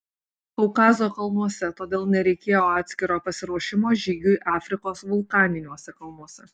kaukazo kalnuose todėl nereikėjo atskiro pasiruošimo žygiui afrikos vulkaniniuose kalnuose